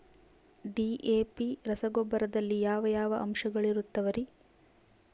DAP ರಸಗೊಬ್ಬರದಲ್ಲಿ ಯಾವ ಯಾವ ಅಂಶಗಳಿರುತ್ತವರಿ?